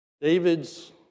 David's